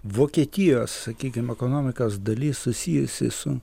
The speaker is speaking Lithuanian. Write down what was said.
vokietijos sakykim ekonomikos dalis susijusi su